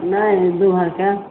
नहि दू भरिके